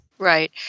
Right